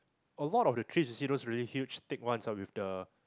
a lot of the trees you see those really huge Thicks ones ah with the